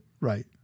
Right